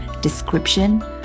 description